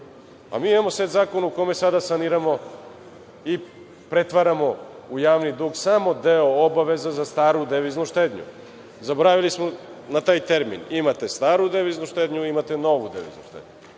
Mi imamo set zakona u kojima sada saniramo i pretvaramo u javni dug samo deo obaveza za staru deviznu štednju. Zaboravili smo na taj termin. Imate staru deviznu štednju i imate novu deviznu štednju.